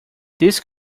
these